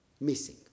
missing